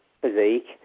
physique